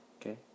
Okay